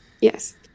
Yes